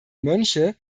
mönche